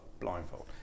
Blindfold